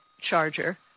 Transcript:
charger